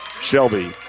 Shelby